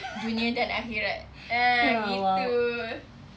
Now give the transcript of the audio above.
ya !wow!